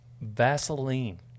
Vaseline